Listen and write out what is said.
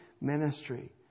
ministry